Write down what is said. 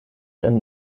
einen